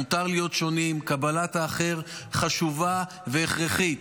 מותר להיות שונים, קבלת האחר חשובה והכרחית,